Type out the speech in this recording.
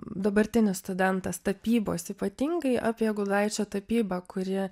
dabartinis studentas tapybos ypatingai apie gudaičio tapybą kuri